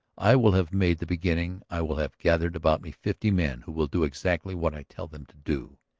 i will have made the beginning i will have gathered about me fifty men who will do exactly what i tell them to do!